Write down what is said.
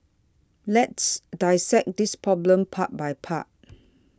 let's dissect this problem part by part